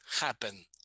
happen